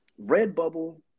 Redbubble